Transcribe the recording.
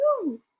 Woo